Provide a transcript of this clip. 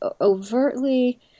overtly